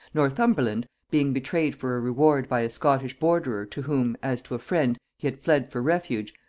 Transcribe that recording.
northumberland, being betrayed for a reward by a scottish borderer to whom, as to a friend, he had fled for refuge,